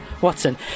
Watson